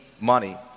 money